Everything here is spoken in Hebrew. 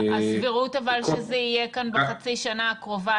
אבל הסבירות היא שהחיסון יהיה כאן בחצי השנה הקרובה?